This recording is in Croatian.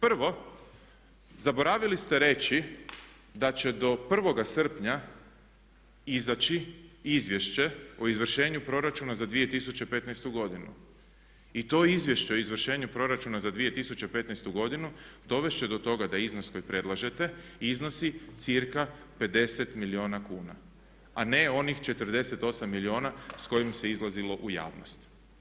Prvo, zaboravili ste reći da će do 1. srpnja izaći Izvješće o izvršenju proračuna za 2015. godinu i to Izvješće o izvršenju proračuna za 2015. godinu dovest će do toga da iznos koji predlažete iznosi cirka 50 milijuna kuna, a ne onih 48 milijuna s kojim se izlazilo u javnost.